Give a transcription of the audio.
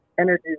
energy